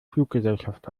fluggesellschaft